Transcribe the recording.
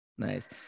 nice